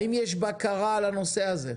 האם יש בקרה על הנושא הזה?